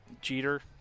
Jeter